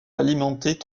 alimentait